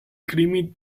climi